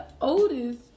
oldest